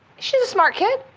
she's a smart kid.